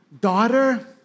daughter